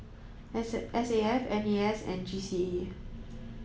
S S A F N A S and G C E